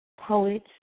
poets